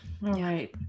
right